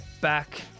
Back